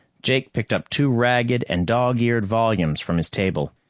jake picked up two ragged and dog-eared volumes from his table.